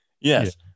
yes